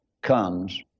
comes